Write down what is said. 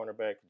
cornerback